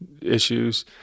issues